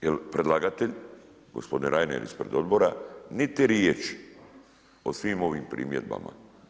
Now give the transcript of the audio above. Jer predlagatelj gospodin Reiner ispred Odbora niti riječi o svim ovim primjedbama.